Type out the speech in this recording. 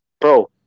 bro